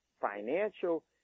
financial